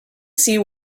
see